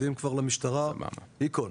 מודיעים כבר למשטרה, בהיכון.